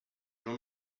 jean